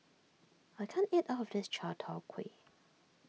I can't eat all of this Chai Tow Kuay